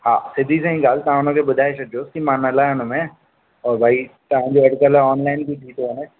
हा सिधी तव्हांजी ॻाल्हि तव्हां उन खे ॿुधाए छॾिजोसि कि मां न लहंदो मै त भई तव्हां जो अॼुकल्ह ऑनलाइन बि थी थो वञे